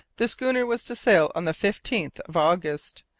the schooner was to sail on the fifteenth of august,